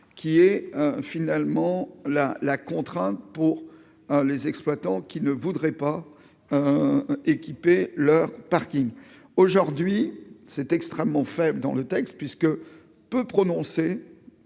qui est finalement la la contrainte pour les exploitants qui ne voudraient pas équiper leur parking aujourd'hui, c'est extrêmement faible dans le texte, puisque peu prononcer.